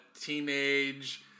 teenage